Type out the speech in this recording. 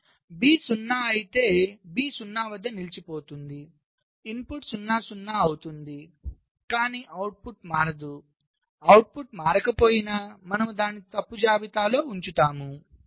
B 0 అయితే B 0 వద్ద నిలిచిపోతుంది ఇన్పుట్ 0 0 అవుతుంది కానీ అవుట్పుట్ మారదు అవుట్పుట్ మారకపోయినా మనము దానిని తప్పు జాబితాలో ఉంచుతాము